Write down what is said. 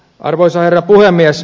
arvoisa herra puhemies